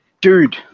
Dude